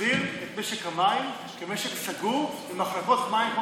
להחזיר את משק המים כמשק סגור עם החרגות מים,